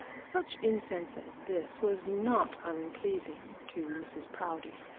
such incense as this was not unpleasing to mrs proudie,